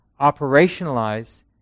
operationalize